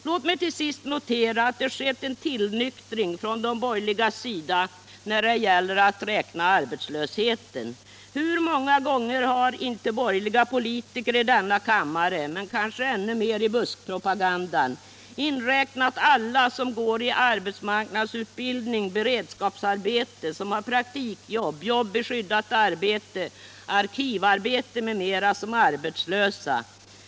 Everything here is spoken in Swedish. Låt mig till sist notera att det skett en tillnyktring från de borgerligas sida när det gäller att beräkna arbetslösheten. Hur många gånger har inte borgerliga politiker i denna kammare — men kanske ännu oftare i buskpropagandan — räknat alla som går i arbetsmarknadsutbildning, som har beredskapsarbete, praktikjobb, jobb i skyddad verkstad, arkivarbete m.m. som arbetslösa!